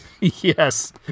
Yes